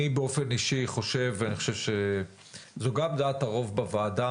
אני באופן אישי חושב ואני חושב שזו גם דעת הרוב בוועדה,